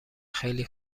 خیلی